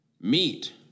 meet